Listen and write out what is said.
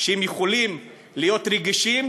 שהם יכולים להיות רגישים